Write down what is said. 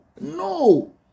no